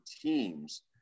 teams